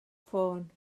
ffôn